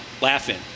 laughing